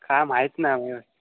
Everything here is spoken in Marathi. काय माहीत नाही म्ह